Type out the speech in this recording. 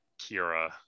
kira